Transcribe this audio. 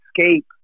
escape